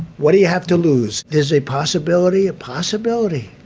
what do you have to lose? there's a possibility, a possibility.